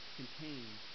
contains